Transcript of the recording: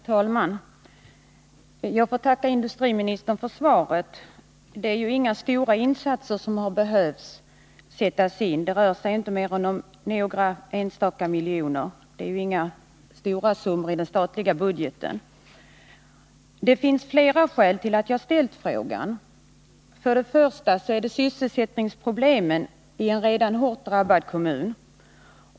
Herr talman! Jag får tacka industriministern för svaret. Det är ju inga stora insatser som behöver göras här — det rör sig inte om mer än några enstaka miljoner, och det är ingen stor summa i den statliga budgeten. Det finns flera skäl till att jag har ställt frågan. Ett skäl är sysselsättningsproblemen i en redan hårt drabbad kommun.